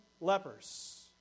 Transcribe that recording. lepers